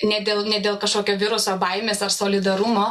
ne dėl ne dėl kažkokio viruso baimės ar solidarumo